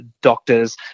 doctors